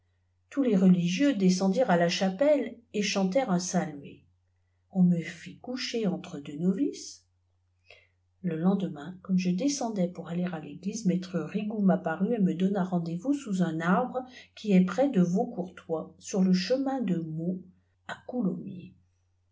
tous les religieux descendirent à ia cha pelle et chantèrent un salve onine fit coucher etre deux bovices le lendemain comme je déscwdais pour alléf àtéglise mattre rigoux m'apparut et me doma randez voua aooa un ar bre qui est près de vaulxcourtolb sur le chemift dfi m aui à coulommiers